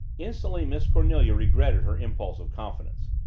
instantly miss cornelia regretted her impulse of confidence.